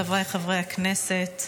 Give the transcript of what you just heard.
חבריי חברי הכנסת,